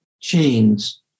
chains